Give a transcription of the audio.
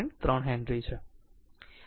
3 Henry છે